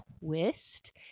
twist